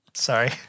Sorry